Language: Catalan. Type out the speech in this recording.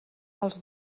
els